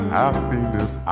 happiness